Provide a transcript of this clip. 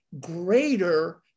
greater